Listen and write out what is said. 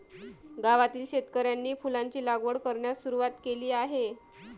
गावातील शेतकऱ्यांनी फुलांची लागवड करण्यास सुरवात केली आहे